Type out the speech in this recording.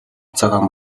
цагаан